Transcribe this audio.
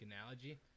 analogy